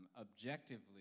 objectively